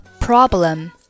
problem